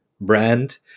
brand